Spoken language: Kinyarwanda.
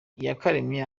iyakaremye